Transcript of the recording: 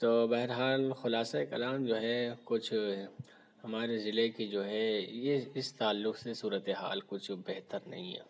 تو بہرحال خلاصۂ کلام جو ہے کچھ ہمارے ضلع کی جو ہے یہ اِس تعلق سے صورتِ حال کچھ بہتر نہیں ہے